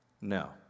No